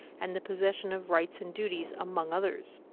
and the position of rights and duties, among others.